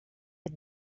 had